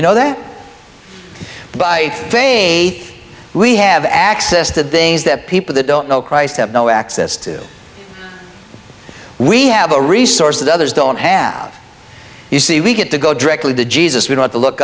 you know that by faith we have access to things that people that don't know christ have no access to we have a resource that others don't have you see we get to go directly to jesus we want to look